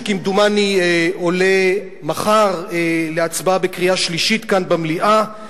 כמדומני עולה מחר להצבעה בקריאה שלישית כאן במליאה,